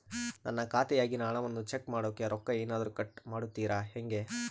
ನನ್ನ ಖಾತೆಯಾಗಿನ ಹಣವನ್ನು ಚೆಕ್ ಮಾಡೋಕೆ ರೊಕ್ಕ ಏನಾದರೂ ಕಟ್ ಮಾಡುತ್ತೇರಾ ಹೆಂಗೆ?